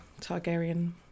targaryen